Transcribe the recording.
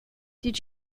did